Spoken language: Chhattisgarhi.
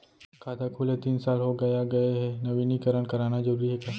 खाता खुले तीन साल हो गया गये हे नवीनीकरण कराना जरूरी हे का?